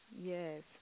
Yes